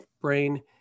brain